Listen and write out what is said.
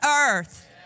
earth